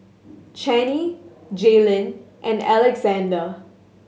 Channie Jaelynn and Alexandr